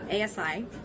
ASI